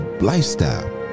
lifestyle